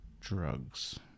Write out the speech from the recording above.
drugs